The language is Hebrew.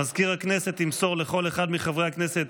מזכיר הכנסת ימסור לכל אחד מחברי הכנסת